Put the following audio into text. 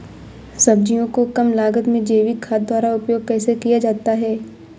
सब्जियों को कम लागत में जैविक खाद द्वारा उपयोग कैसे किया जाता है?